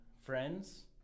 friends